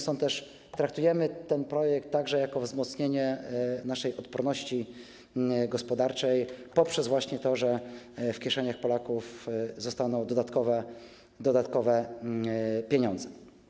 Stąd też traktujemy ten projekt także jako wzmocnienie naszej odporności gospodarczej poprzez właśnie to, że w kieszeniach Polaków zostaną dodatkowe pieniądze.